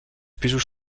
pisos